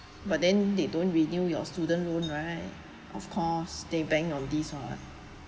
but then they don't renew your student loan right of course they ban on this [what]